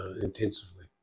intensively